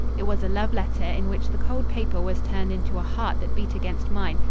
it was a love-letter in which the cold paper was turned into a heart that beat against mine,